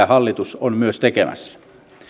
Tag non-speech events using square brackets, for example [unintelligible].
[unintelligible] hallitus on myös tekemässä